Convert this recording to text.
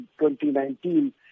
2019